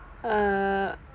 uh